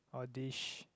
or dish